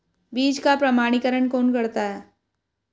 बीज का प्रमाणीकरण कौन करता है?